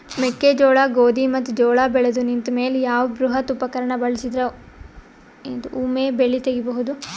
ಮೆಕ್ಕೆಜೋಳ, ಗೋಧಿ ಮತ್ತು ಜೋಳ ಬೆಳೆದು ನಿಂತ ಮೇಲೆ ಯಾವ ಬೃಹತ್ ಉಪಕರಣ ಬಳಸಿದರ ವೊಮೆ ಬೆಳಿ ತಗಿಬಹುದು?